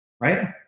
right